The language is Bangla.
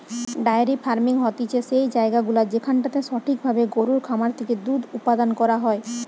ডায়েরি ফার্মিং হতিছে সেই জায়গাগুলা যেখানটাতে সঠিক ভাবে গরুর খামার থেকে দুধ উপাদান করা হয়